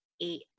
eight